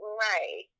right